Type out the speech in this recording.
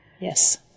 Yes